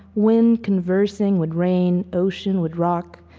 wind conversing with rain, ocean with rock,